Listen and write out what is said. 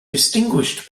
distinguished